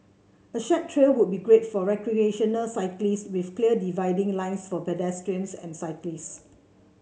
a shared trail would be great for recreational cyclists with clear dividing lines for pedestrians and cyclists